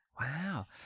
Wow